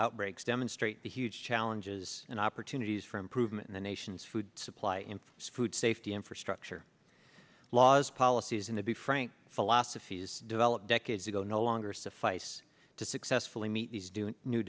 outbreaks demonstrate the huge challenges and opportunities for improvement in the nation's food supply in food safety infrastructure laws policies in the be frank philosophies developed decades ago no longer suffice to successfully meet these doing new